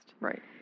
Right